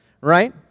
Right